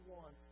one